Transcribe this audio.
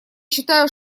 считаю